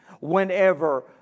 whenever